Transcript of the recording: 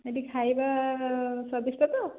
ଏଇଠି ଖାଇବା ସ୍ଵାଦିଷ୍ଟ ତ